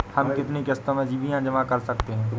हम कितनी किश्तों में बीमा जमा कर सकते हैं?